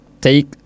take